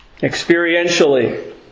experientially